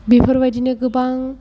बेफोरबायदिनो गोबां